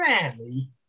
rarely